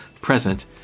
present